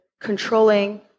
controlling